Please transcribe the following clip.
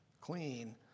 clean